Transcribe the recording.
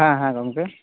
ᱦᱮᱸ ᱦᱮᱸ ᱜᱚᱢᱠᱮ